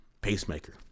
Pacemaker